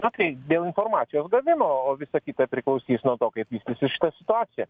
na tai dėl informacijos gavimo o visa kita priklausys nuo to kaip vystysis šita situacija